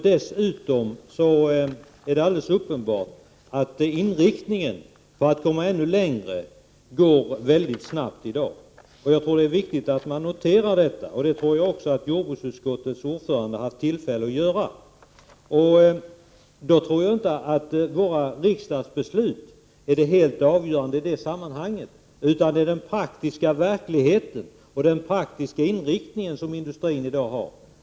Dessutom är det alldeles uppenbart att arbetet för att komma ännu längre går väldigt snabbt. Jag tror det är viktigt att man noterar detta, och det tror jag jordbruksutskottets ordförande haft tillfälle att göra. Jag tror inte att våra riksdagsbeslut är det helt avgörande i sammanhanget. Det är i stället den praktiska verkligheten och den praktiska inriktningen som industrin i dag har.